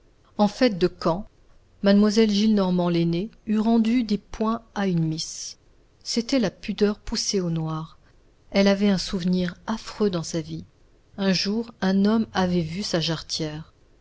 en fait de cant mademoiselle gillenormand l'aînée eût rendu des points à une miss c'était la pudeur poussée au noir elle avait un souvenir affreux dans sa vie un jour un homme avait vu sa jarretière